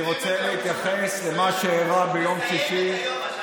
אני רוצה להתייחס למה שאירע ביום שישי,